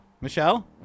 Michelle